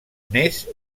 més